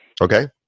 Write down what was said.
Okay